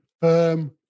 firm